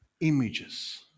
images